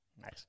Nice